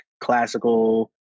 classical